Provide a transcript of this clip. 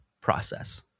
process